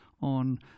...on